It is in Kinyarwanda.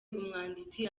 umwanditsi